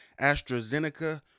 AstraZeneca